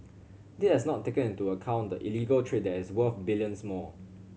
this has not taken into account the illegal trade that is worth billions more